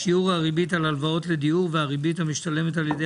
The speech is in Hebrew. שיעור הריבית על הלוואות לדיור והריבית המשתלמת על-ידי